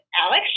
alex